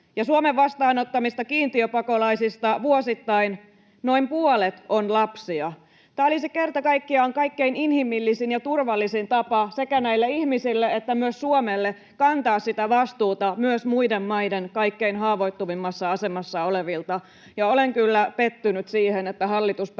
Suomen vastaanottamista kiintiöpakolaisista vuosittain noin puolet on lapsia. Tämä olisi kerta kaikkiaan kaikkein inhimillisin ja turvallisin tapa sekä näille ihmisille että myös Suomelle kantaa sitä vastuuta myös muiden maiden kaikkein haavoittuvimmassa asemassa olevista. Olen kyllä pettynyt siihen, että hallitus päättää